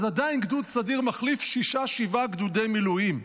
אז עדיין גדוד סדיר מחליף שישה-שבעה גדודי מילואים.